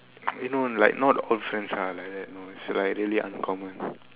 you know like not all friends are like that know it's like really uncommon